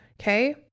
okay